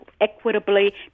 equitably